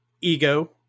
Ego